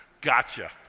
Gotcha